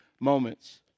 moments